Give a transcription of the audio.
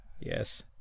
Yes